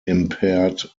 impaired